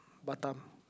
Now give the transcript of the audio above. Batam